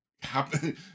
happen